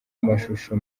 amashusho